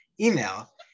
email